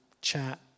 chat